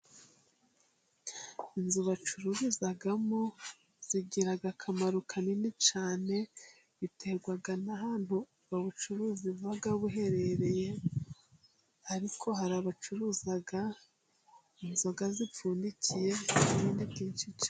Inzu bacururizamo zigira akamaro kanini cyane biterwa n'ahantu ubwo bucuruzi buba buherereye, ariko hari abacuruzag inzoga zipfundikiye n'ibindi byinshi cyane.